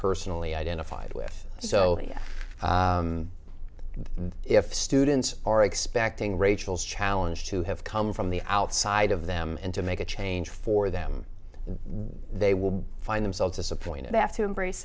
personally identified with so that if students are expecting rachel's challenge to have come from the outside of them and to make a change for them they will find themselves disappointed they have to embrace